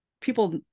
people